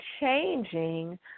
changing